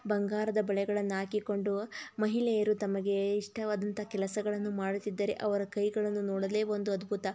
ಬಂಗಾರದ ಬಳೆಗಳನ್ನು ಹಾಕಿಕೊಂಡು ಮಹಿಳೆಯರು ತಮಗೆ ಇಷ್ಟವಾದಂಥ ಕೆಲಸಗಳನ್ನು ಮಾಡುತ್ತಿದ್ದರೆ ಅವರ ಕೈಗಳನ್ನು ನೋಡಲೇ ಒಂದು ಅದ್ಭುತ